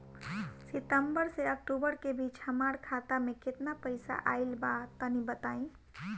सितंबर से अक्टूबर के बीच हमार खाता मे केतना पईसा आइल बा तनि बताईं?